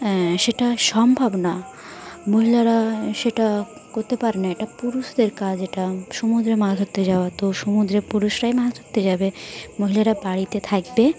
সেটা সম্ভব না মহিলারা সেটা করতে পারে না একটা পুরুষদের কাজ এটা সমুদ্রে মাছ ধরতে যাওয়া তো সমুদ্রে পুরুষরাই মাছ ধরতে যাবে মহিলারা বাড়িতে থাকবে